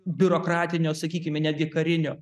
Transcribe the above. biurokratinio sakykime netgi karinio